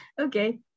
Okay